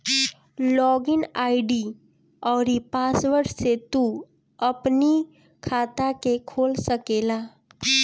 log in ID अउरी password से तू अपनी खाता के खोल सकेला